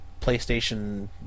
PlayStation